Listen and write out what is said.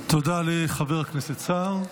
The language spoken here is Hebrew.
תודה לחבר הכנסת סער.